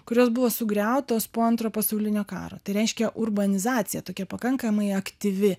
kurios buvo sugriautos po antro pasaulinio karo tai reiškia urbanizacija tokia pakankamai aktyvi